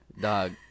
dog